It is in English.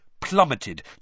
plummeted